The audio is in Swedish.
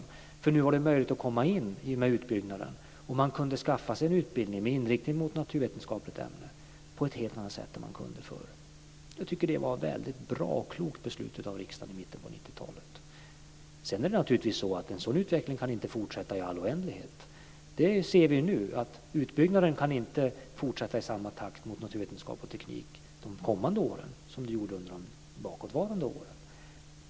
Nu var det nämligen möjligt att komma in, i och med utbyggnaden, och skaffa sig en utbildning med inriktning mot ett naturvetenskapligt ämne på ett helt annat sätt än man kunnat förr. Jag tycker att det var ett väldigt bra och klokt beslut av riksdagen i mitten av 90-talet. Sedan kan naturligtvis en sådan utveckling inte fortsätta i all oändlighet. Det ser vi nu. Utbyggnaden mot naturvetenskap och teknik kan inte fortsätta i samma takt de kommande åren som de föregående.